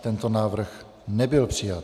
Tento návrh nebyl přijat.